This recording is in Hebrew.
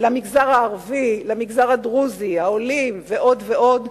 למגזר הערבי, למגזר הדרוזי, העולים ועוד ועוד?